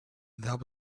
that